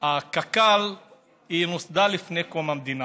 קק"ל נוסדה לפני קום המדינה